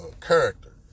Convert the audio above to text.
Character